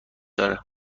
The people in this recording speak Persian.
داره